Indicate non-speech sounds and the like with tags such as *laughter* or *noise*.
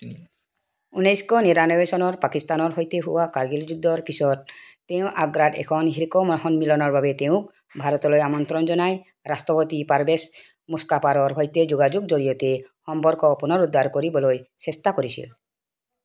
*unintelligible* ঊনৈছশ নিৰানব্বৈ চনত পাকিস্তানৰ সৈতে হোৱা কাৰ্গিল যুদ্ধৰ পিছত তেওঁ আগ্ৰাত এখন শীৰ্ষ সন্মিলনৰ বাবে তেওঁক ভাৰতলৈ আমন্ত্ৰণ জনাই ৰাষ্ট্ৰপতি পাৰভেজ মুশ্বাৰফৰ সৈতে যোগাযোগৰ জৰিয়তে সম্পৰ্ক পুনৰুদ্ধাৰ কৰিবলৈ চেষ্টা কৰিছিল